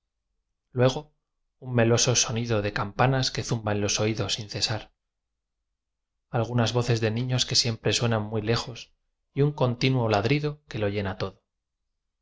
luego un meloso sonido de cam panas que zumba en los oídos sin cesar algunas voces de niños que siempre suenan muy lejos y un continuo ladrido que lo lie na todo